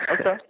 Okay